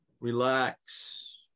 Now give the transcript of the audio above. relax